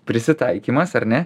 prisitaikymas ar ne